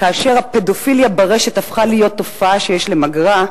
כאשר הפדופיליה ברשת הפכה להיות תופעה שיש למגרה,